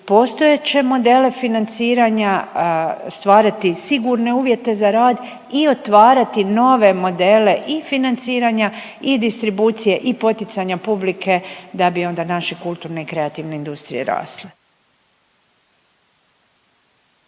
postojeće modele financiranja, stvarati sigurne uvjete za rad i otvarati nove modele i financiranja i distribucije i poticanja publike da bi onda naše kulturne i kreativne industrije rasle.